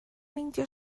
meindio